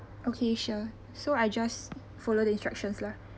okay sure so I just follow the instructions lah